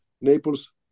Naples